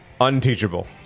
unteachable